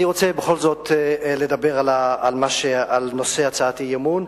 אני רוצה בכל זאת לדבר על נושא הצעת האי-אמון.